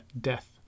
Death